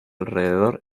alrededor